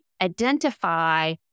identify